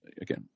again